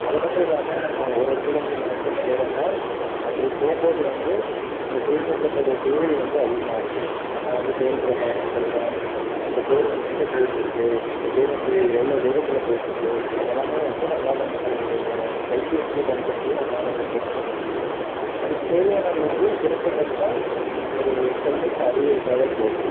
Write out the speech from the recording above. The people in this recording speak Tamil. அது மட்டும் இல்லாம நம்ம ஒரு இடத்துலேருந்து இன்னோரு இடத்துக்கு போறோன்னா அப்படி போம்போது வந்து இந்த தொழில்நுட்பத்தோடைய தேவை வந்து அதிகமாக இருக்கு நம்ம வந்து பேருந்தில் பயணம் செய்யறோம் இந்த பேருந்து எங்கே போயிட்டுருக்கு இந்த பேருந்து எவ்வளோ வேகத்தில் போயிட்டுருக்கு அதெல்லாமே வந்து நம்மளால் வந்து நம்மளுடைய கைபேசியை பயன்படுத்தியே நம்மளால் வந்து தெரிஞ்சிக்க முடியும் அதுக்கு தேவையானது வந்து குறைஞ்ச பட்சம் ஒரு தொழில்நுட்ப அறிவு இருந்தாவே போதும்